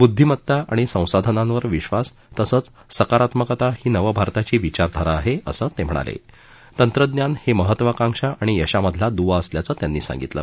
बुद्धीमत्ता आणि संसाधनांवर विश्वास तसंच सकारात्मकता ही नवभारताची विचारधारा आहे असं ते म्हणाले तंत्रज्ञान हे महत्वाकांक्षा आणि यशामधल्या दुवा असल्याचं त्यांनी सांगितलं